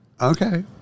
Okay